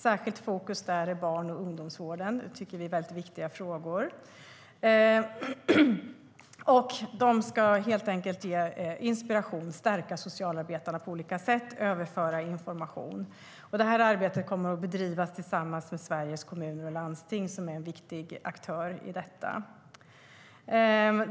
Särskilt fokus där är barn och ungdomsvården; vi tycker att det är väldigt viktiga frågor. Samordnaren ska helt enkelt ge inspiration, överföra information och stärka socialarbetarna på olika sätt. Arbetet kommer att bedrivas tillsammans med Sveriges Kommuner och Landsting, som är en viktig aktör i detta.